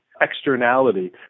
externality